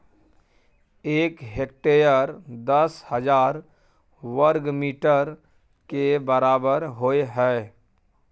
एक हेक्टेयर दस हजार वर्ग मीटर के बराबर होय हय